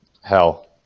Hell